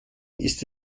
ist